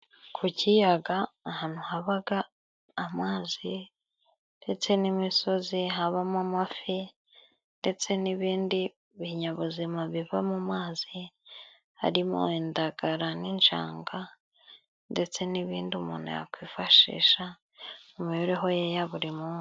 Ku kiyaga ahantu habaga amazi ndetse n'imisozi habamo amafi ndetse n'ibindi binyabuzima biva mu mazi harimo indagara n'injanga ndetse n'ibindi umuntu yakwifashisha mu mibereho ye ya buri munsi.